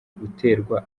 guterwa